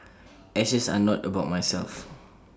ashes are not about myself